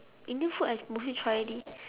indian food I mostly try already